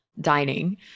dining